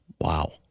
Wow